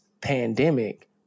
pandemic